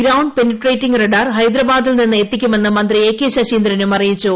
ground penetrating ദ്യ്ക്ക് ഹൈദരാബാദിൽ നിന്നും എത്തിക്കുമെന്ന് മന്ത്രി എ കെ ശശീപ്രദ്ധൂം ്അറിയിച്ചു